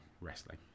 wrestling